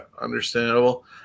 understandable